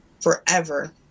forever